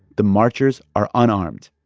the marchers are unarmed,